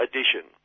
Edition